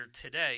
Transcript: today